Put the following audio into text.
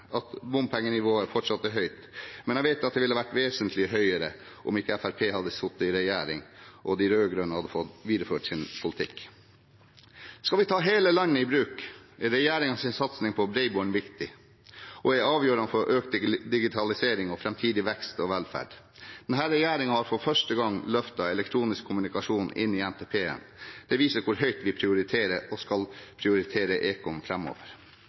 at bompengenivået fortsatt er høyt, men jeg vet at det ville vært vesentlig høyere om ikke Fremskrittspartiet hadde sittet i regjering og de rød-grønne hadde fått videreføre sin politikk. Skal vi ta hele landet i bruk, er regjeringens satsing på bredbånd viktig – og avgjørende for økt digitalisering og framtidig vekst og velferd. Denne regjeringen har for første gang løftet elektronisk kommunikasjon inn i NTP. Dette viser hvor høyt vi prioriterer og skal prioritere ekom